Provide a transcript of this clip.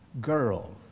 girl